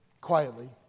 quietly